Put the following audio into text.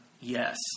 yes